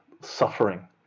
suffering